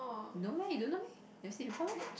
no meh you don't know meh never see before meh